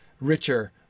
richer